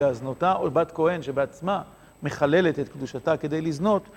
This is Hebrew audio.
והזנותה על בת כהן שבעצמה מחללת את קדושתה כדי לזנות,